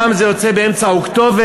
פעם זה יוצא באמצע אוקטובר.